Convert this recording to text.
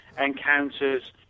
encounters